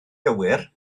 gywir